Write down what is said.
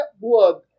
blood